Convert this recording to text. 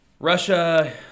Russia